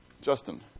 Justin